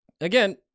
again